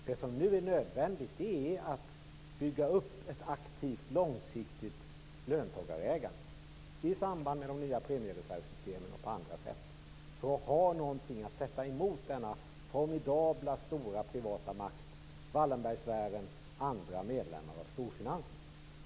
Det som nu är nödvändigt är att bygga upp ett aktivt långsiktigt löntagarägande i samband med de nya premiereservsystemen och på andra sätt, för att ha något att sätta emot denna formidabla stora privata makt, Wallenbergsfären och andra medlemmar av storfinansen.